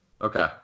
Okay